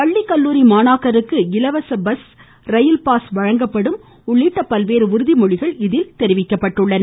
பள்ளி கல்லூரி மாணாக்கருக்கு இலவச பஸ் ரயில் பாஸ் வழங்கப்படும் உள்ளிட்ட பல்வேறு உறுதிமொழிகள் இதில் அறிவிக்கப்பட்டுள்ளன